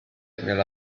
nella